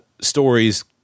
stories –